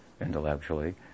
intellectually